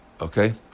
okay